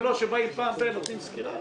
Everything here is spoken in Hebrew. ולא רק שבאים פעם בכמה זמן ונותנים סקירה.